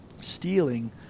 stealing